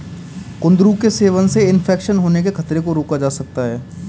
कुंदरू के सेवन से इन्फेक्शन होने के खतरे को रोका जा सकता है